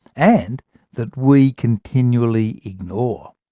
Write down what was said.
and that we continually ignore.